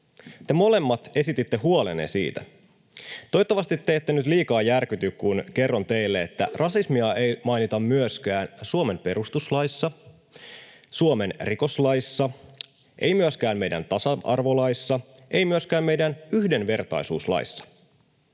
Te molemmat esititte huolenne siitä. Toivottavasti te ette nyt liikaa järkyty, kun kerron teille, että rasismia ei mainita myöskään Suomen perustuslaissa, ei Suomen rikoslaissa, ei myöskään meidän tasa-arvolaissa, ei myöskään meidän yhdenvertaisuuslaissa.